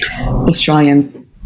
australian